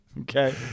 Okay